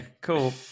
cool